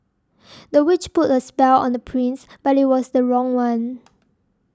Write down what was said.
the witch put a spell on the prince but it was the wrong one